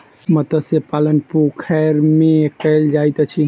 मत्स्य पालन पोखैर में कायल जाइत अछि